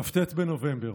כ"ט בנובמבר.